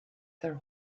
their